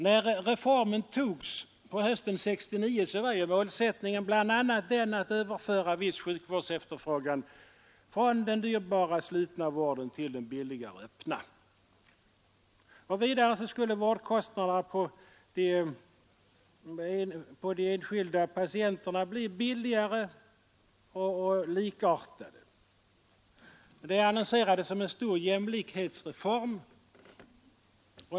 När reformen beslöts på hösten 1969, var målsättningen bl.a. att överföra viss sjukvårdsefterfrågan från den dyrbara slutna vården till den öppna. Vidare skulle vårdkostnaderna för de enskilda patienterna bli mindre och likartade. Reformen annonserades som en stor jämlikhetsreform.